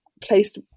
placed